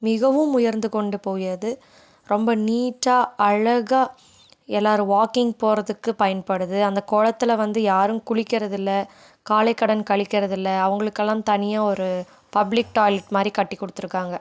மிகவும் உயர்ந்து கொண்டு போகிறது ரொம்ப நீட்டாக அழகாக எல்லாரும் வாக்கிங் போகிறதுக்கு பயன்படுது அந்த குளத்துல வந்து யாரும் குளிக்கிறது இல்ல காலைக்கடன் கழிக்கிறது இல்லை அவங்களுக்கெல்லாம் தனியாக ஒரு பப்ளிக் டாய்லெட் மாதிரி கட்டிக்கொடுத்துருக்காங்க